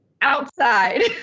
Outside